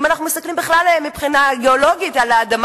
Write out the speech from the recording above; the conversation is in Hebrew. אם אנחנו מסתכלים מבחינה גיאולוגית על האדמה